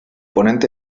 ponent